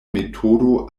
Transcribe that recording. metodo